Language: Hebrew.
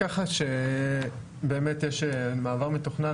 באמת יש מעבר מתוכנן.